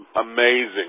amazing